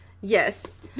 Yes